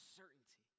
certainty